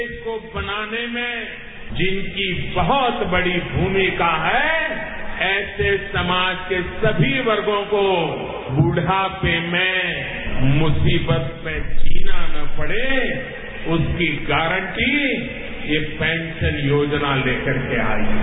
देश को बनाने में जिनकी बहुत बड़ी भूमिका है ऐसे समाज के सभी वर्णों को बढ़ापे में मुसीवत में जीना न पड़े उसकी गारंटी ये पेंशन योजना लेकर के आयी है